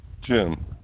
Jim